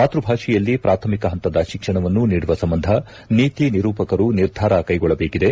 ಮಾತ್ಯ ಭಾಷೆಯಲ್ಲಿ ಪ್ರಾಥಮಿಕ ಹಂತದ ಶಿಕ್ಷಣವನ್ನು ನೀಡುವ ಸಂಬಂಧ ನೀತಿನಿರೂಪಕರು ನಿರ್ಧಾರ ಕ್ಲೆಗೊಳ್ಳಬೇಕಿದೆ